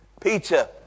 Peter